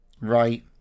right